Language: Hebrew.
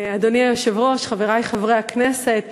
אדוני היושב-ראש, חברי חברי הכנסת,